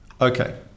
Okay